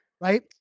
right